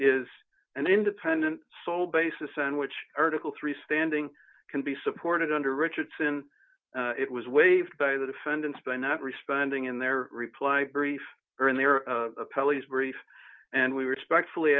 is an independent sole basis on which article three standing can be supported under richardson it was waived by the defendants by not responding in their reply brief earn their pelleas brief and we respectfully